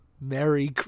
Merry